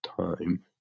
time